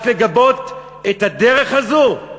רק לגבות את הדרך הזו?